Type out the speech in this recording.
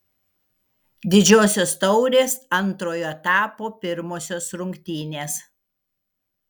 didžiosios taurės antrojo etapo pirmosios rungtynės